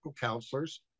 counselors